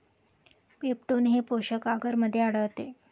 peptone हे पोषक आगरमध्ये आढळते